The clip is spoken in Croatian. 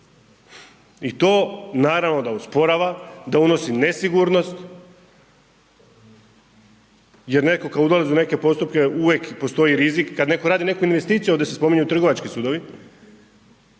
I to naravno da usporava, da unosi nesigurnost, jer netko ko ulazi u neke postupke uvijek postoji rizik, kad neko radi neku investiciju ovdje se spominju i trgovački sudovi,